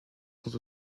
sont